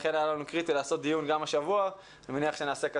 לכן היה קריטי לקיים דיון גם השבוע ואני מניח שנקיים דיון